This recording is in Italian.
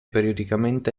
periodicamente